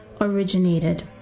originated